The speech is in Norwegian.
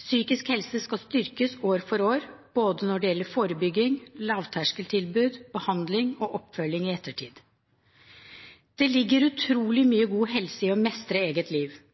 Psykisk helse skal styrkes år for år når det gjelder både forebygging, lavterskeltilbud, behandling og oppfølging i ettertid. Det ligger utrolig mye god helse i å mestre eget liv.